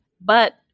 But-